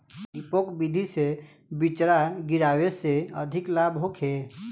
डेपोक विधि से बिचरा गिरावे से अधिक लाभ होखे?